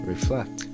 Reflect